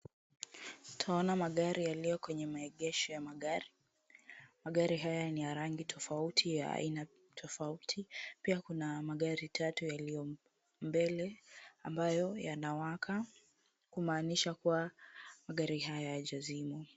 Tunaona magari yaliyo kwenye maegesho ya magari ,magari haya ni ya rangi tofauti, ya aina tofauti , pia kuna magari tatu yaliyo mbele ambayo yamewaka, kumaanisha kua magari haya hayajazimwa.